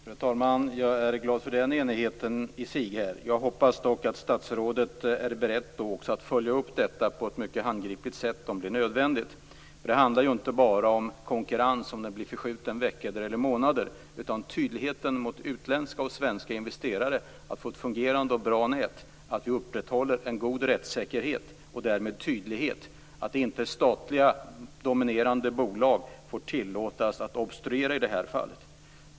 Fru talman! Jag är glad för den enigheten i sig. Jag hoppas dock att statsrådet är beredd att följa upp detta på ett mycket handgripligt sätt om det blir nödvändigt. Det handlar inte bara om att konkurrens blir förskjuten några veckor eller månader utan tydligheten mot utländska och svenska investerare för att vi skall få ett fungerande och bra nät. Vi måste upprätthålla en god rättssäkerhet och därmed tydlighet om att statliga dominerande bolag får inte tillåtas att obstruera i det här fallet.